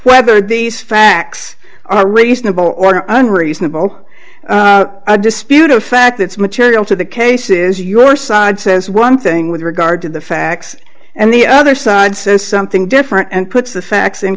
whether these facts are reasonable or unreasonable a disputed fact it's material to the case is your side says one thing with regard to the facts and the other side says something different and puts the